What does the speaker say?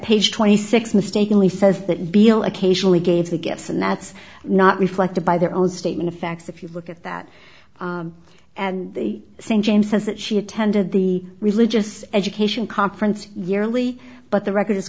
page twenty six mistakenly says that below occasionally gave the gifts and that's not reflected by their own statement of facts if you look at that and st james says that she attended the religious education conference yearly but the record